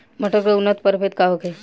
मटर के उन्नत प्रभेद का होखे?